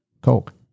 coke